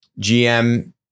GM